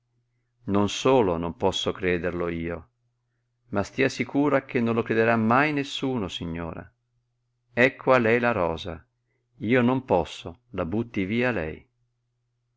non solo non posso crederlo io ma stia sicura che non lo crederà mai nessuno signora ecco a lei la rosa io non posso la butti via lei